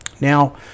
now